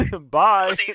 Bye